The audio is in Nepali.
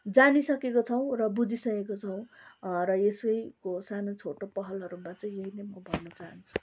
जानिसकेको छौँ र बुझिसकेको छौँ र यसैको सानो छोटो पहलहरूमा चाहिँ यही नै मो भन्न चाहन्छु